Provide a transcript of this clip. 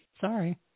Sorry